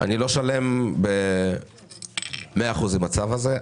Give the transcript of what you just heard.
אני לא שלם ב-100% עם הצו הזה,